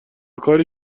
کاری